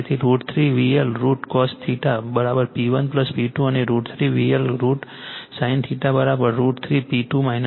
તેથી √ 3 VL IL cos P1 P2 અને √ 3 VL IL sin √ 3 P2 P1 છે